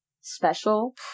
special